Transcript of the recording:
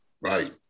Right